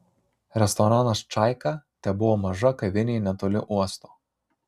restoranas čaika tebuvo maža kavinė netoli uosto